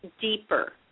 deeper